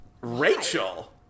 Rachel